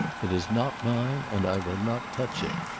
it is not mine, and i will not touch it.